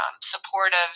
supportive